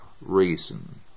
reason